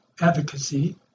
advocacy